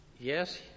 Yes